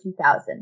2000